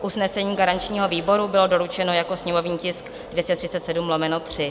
Usnesení garančního výboru bylo doručeno jako sněmovní tisk 237/3.